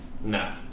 No